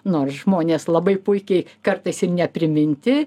nors žmonės labai puikiai kartais ir nepriminti